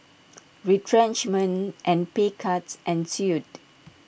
retrenchment and pay cuts ensued